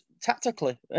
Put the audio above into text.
tactically